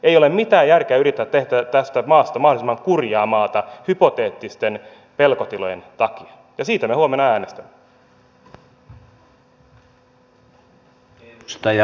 ei ole mitään järkeä yrittää tehdä tästä maasta mahdollisimman kurjaa maata hypoteettisten pelkotilojen takia ja siitä me huomenna äänestämme